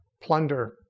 plunder